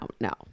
no